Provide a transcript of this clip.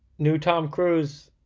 newtomcroose